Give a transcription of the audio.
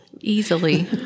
easily